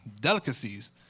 delicacies